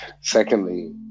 secondly